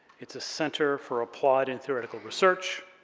it's a center for applied and theoretical research,